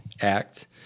Act